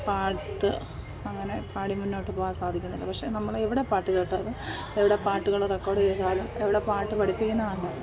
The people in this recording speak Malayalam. പാട്ട് അങ്ങനെ പാടി മുന്നോട്ട് പോവാൻ സാധിക്കുന്നില്ല പക്ഷെ നമ്മൾ എവിടെ പാട്ടു കേട്ടാലും എവിടെ പാട്ടുകൾ റെക്കോർഡ് ചെയ്താലും എവിടെ പാട്ടു പഠിപ്പിക്കുന്ന കണ്ടാലും